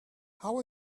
how